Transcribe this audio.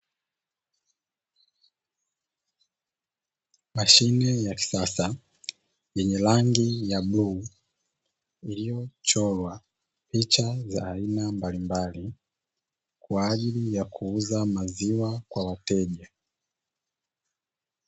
Mashine ya kisasa yenye rangi ya bluu iliyochorwa picha za aina mbalimbali kwa ajili ya kuuza maziwa kwa wateja.